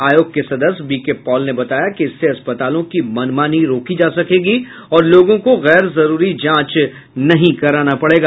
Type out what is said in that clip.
आयोग के सदस्य बी के पॉल ने बताया कि इससे अस्पतालों की मनमानी रोकी जा सकेगी और लोगों को गैर जरूरी जांच नहीं कराना पड़ेगा